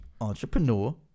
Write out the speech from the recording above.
entrepreneur